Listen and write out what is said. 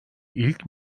ilk